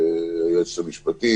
היועצת המשפטית,